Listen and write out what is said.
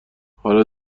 حالا